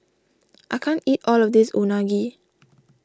I can't eat all of this Unagi